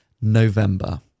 November